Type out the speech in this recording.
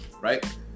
right